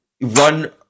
run